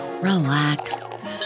relax